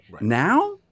Now